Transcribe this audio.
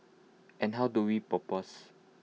and how do we propose